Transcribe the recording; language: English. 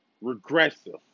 regressive